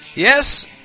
Yes